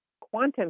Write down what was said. quantum